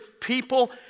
people